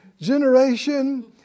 generation